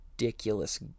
ridiculous